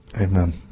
Amen